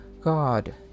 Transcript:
God